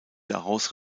daraus